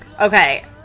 Okay